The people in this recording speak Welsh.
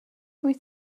wyt